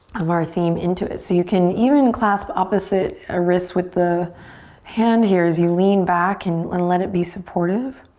um our theme into it? so you can even claps opposite ah wrist with the hand here as you lean back and and let it be supportive?